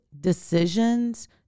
decisions